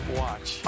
watch